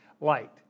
light